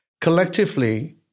Collectively